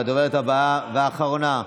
והדוברת הבאה והאחרונה,